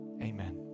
Amen